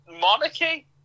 Monarchy